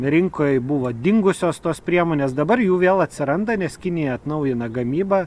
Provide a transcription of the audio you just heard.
rinkoj buvo dingusios tos priemonės dabar jų vėl atsiranda nes kinija atnaujina gamybą